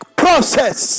process